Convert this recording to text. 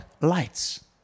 lights